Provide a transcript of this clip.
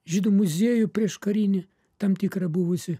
žydų muziejų prieškarinį tam tikrą buvusį